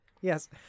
yes